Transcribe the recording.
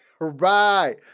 right